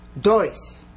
Doris